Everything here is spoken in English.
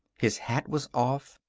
his hat was off.